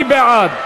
מי בעד?